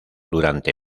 durante